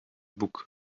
boek